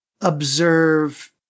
observe